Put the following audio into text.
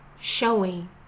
showing